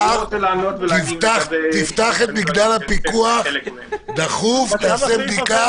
אז תפתח דחוף את מגדל הפיקוח ותעשה בדיקה מה קרה...